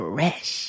Fresh